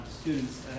students